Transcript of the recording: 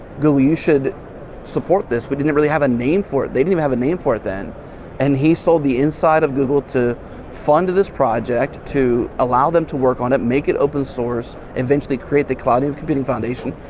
google, you should support this. we didn't really have a name for it. they didn't really have a name for it then and he sold the inside of google to fund this project to allow them to work on it, make it open source, eventually create the cloud native computing foundation,